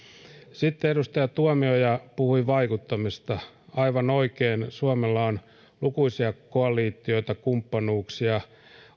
sitten edustaja tuomioja puhui vaikuttamisesta aivan oikein suomella on lukuisia koalitioita ja kumppanuuksia